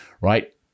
right